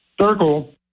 Circle